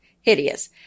hideous